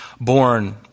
born